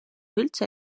üldse